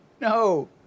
No